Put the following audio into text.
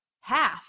half